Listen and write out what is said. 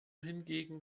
hingegen